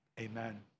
Amen